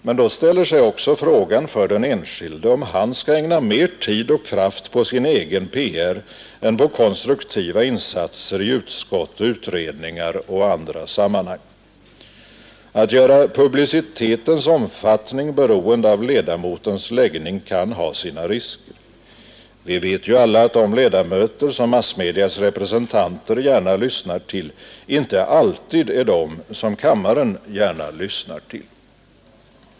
Men då ställer sig också frågan för den enskilde, om han skall ägna mer tid och kraft på sin egen PR än på konstruktiva insatser i utskott, utredningar och andra sammanhang. Att göra publicitetens omfattning beroende av ledamotens läggning kan ha sina risker. Vi vet ju alla att de ledamöter som massmedias representanter gärna lyssnar till inte alltid är de som kammaren gärna lyssnar till.